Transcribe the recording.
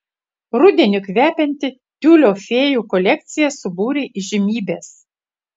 rudeniu kvepianti tiulio fėjų kolekcija subūrė įžymybes